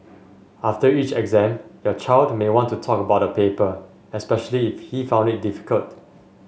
after each exam your child may want to talk about the paper especially if he found it difficult